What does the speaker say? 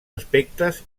aspectes